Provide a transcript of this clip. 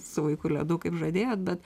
su vaiku ledų kaip žadėjot bet